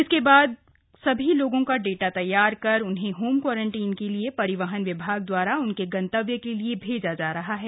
इसके बाद सभी लोगों का डाटा तैयार कर उन्हें होम क्वारंटाइन के लिए परिहवन विभाग दवारा उनके गन्तव्य के लिए भेजा जा रहा हैं